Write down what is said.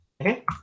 Okay